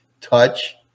touch